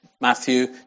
Matthew